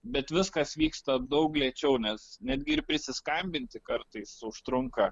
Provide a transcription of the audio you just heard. bet viskas vyksta daug lėčiau nes netgi ir prisiskambinti kartais užtrunka